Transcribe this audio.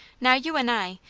now you and i,